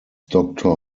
doctor